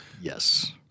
Yes